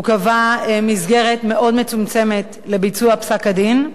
הוא קבע מסגרת מאוד מצומצמת לביצוע פסק-הדין.